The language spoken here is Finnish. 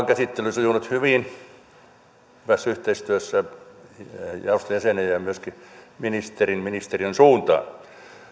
käsittely sujunut hyvin hyvässä yhteistyössä jaoston jäsenien kesken ja myöskin ministerin ja ministeriön suuntaan